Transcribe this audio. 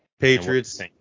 Patriots